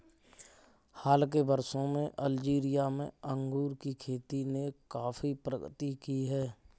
हाल के वर्षों में अल्जीरिया में अंगूर की खेती ने काफी प्रगति की है